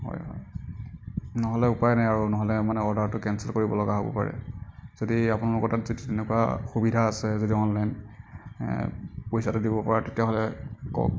হয় হয় নহ'লে উপাই নাই আৰু নহ'লে মানে অৰ্ডাৰটো কেঞ্চেল কৰিব লগা হ'ব পাৰে যদি আপোনালোকৰ তাত যদি তেনেকুৱা সুবিধা আছে যদি অনলাইন পইচাটো দিব পৰা তেতিয়াহ'লে কওঁক